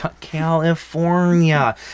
California